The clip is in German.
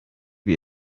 wie